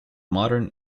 modern